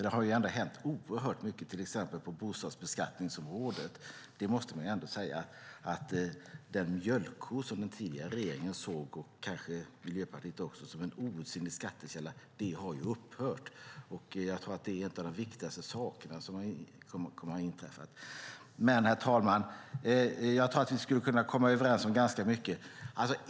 Det har ändå hänt oerhört mycket, till exempel på bostadsbeskattningsområdet. Den mjölkko som den tidigare regeringen såg, kanske även Miljöpartiet, som en outsinlig skattekälla har upphört. Det är ett av de viktigaste sakerna som kommer att inträffa. Herr talman! Jag tror att vi skulle komma överens om mycket.